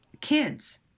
kids